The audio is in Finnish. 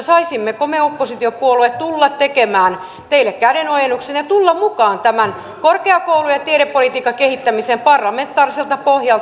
saisimmeko me oppositiopuolueet tulla tekemään teille kädenojennuksen ja tulla mukaan korkeakoulu ja tiedepolitiikan kehittämiseen parlamentaariselta pohjalta